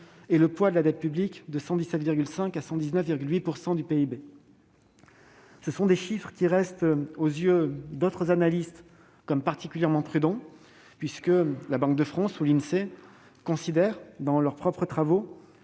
-et le poids de la dette publique de 117,5 % à 119,8 % du PIB. Ces chiffres sont, aux yeux d'autres analystes, particulièrement prudents, la Banque de France et l'Insee considérant dans leurs propres travaux